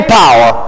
power